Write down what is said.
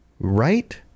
right